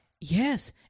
Yes